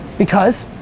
because?